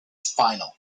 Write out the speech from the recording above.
final